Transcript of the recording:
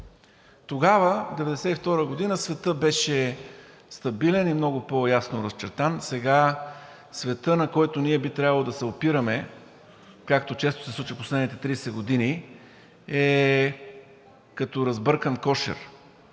Тогава – 1992 г., светът беше стабилен и много по-ясно разчертан, а сега светът, на който ние би трябвало да се опираме, както често се случва в последните 30 години, е като разбъркан кошер.